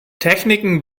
techniken